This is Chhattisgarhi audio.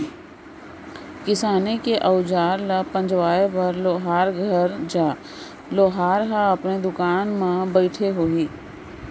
किसानी के अउजार ल पजवाए बर लोहार घर जा, लोहार ह अपने दुकान म बइठे होही